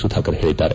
ಸುಧಾಕರ್ ಹೇಳಿದ್ದಾರೆ